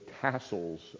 tassels